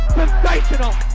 sensational